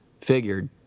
figured